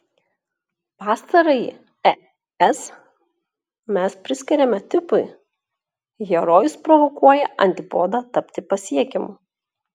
pastarąjį es mes priskiriame tipui herojus provokuoja antipodą tapti pasiekiamu